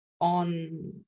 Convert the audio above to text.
on